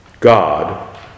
God